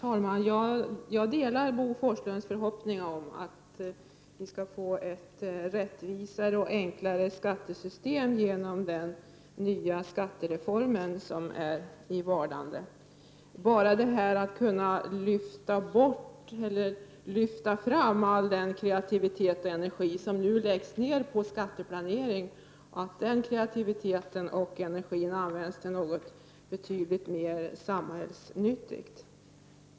Herr talman! Jag delar Bo Forslunds förhoppning om att vi skall få ett rättvisare och enklare skattesystem genom den nya skattereformen som är i vardande. Bara detta att all den kreativitet och energi som nu läggs ner på skatteplanering används till något betydligt mera samhällsnyttigt är bra.